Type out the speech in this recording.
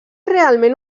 realment